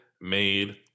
made